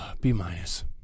B-minus